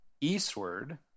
eastward